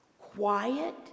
quiet